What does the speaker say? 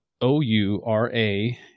O-U-R-A